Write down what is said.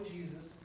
Jesus